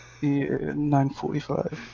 9.45